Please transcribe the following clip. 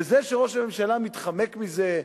וזה שראש הממשלה מתחמק מזה,